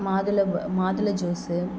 மாதுளை மாதுளை ஜூஸ்ஸு